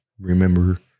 remember